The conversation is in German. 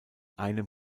einem